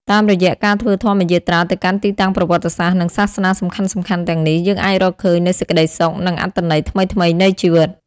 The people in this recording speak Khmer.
តាមរយៈការធ្វើធម្មយាត្រាទៅកាន់ទីតាំងប្រវត្តិសាស្ត្រ និងសាសនាសំខាន់ៗទាំងនេះ យើងអាចរកឃើញនូវសេចក្តីសុខ និងអត្ថន័យថ្មីៗនៃជីវិត។